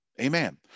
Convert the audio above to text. Amen